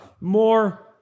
more